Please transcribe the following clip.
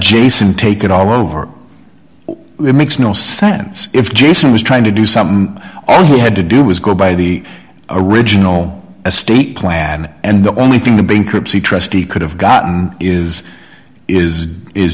jason take it all over it makes no sense if jason was trying to do something all he had to do was go by the original estate plan and the only thing the bankruptcy trustee could have gotten is is is